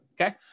Okay